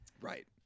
Right